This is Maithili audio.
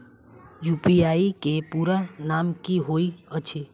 यु.पी.आई केँ पूरा नाम की होइत अछि?